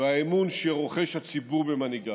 ובאמון שרוחש הציבור למנהיגיו.